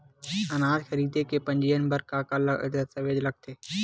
अनाज खरीदे के पंजीयन बर का का दस्तावेज लगथे?